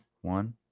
one